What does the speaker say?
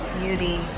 Beauty